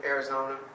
Arizona